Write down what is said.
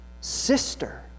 sister